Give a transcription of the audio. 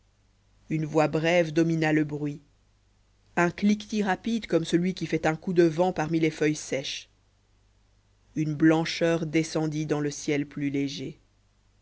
une voix brève domina le bruit un cliquetis rapide comme celui que fait un coup de vent parmi les feuilles sèches une blancheur descendit dans le ciel plus léger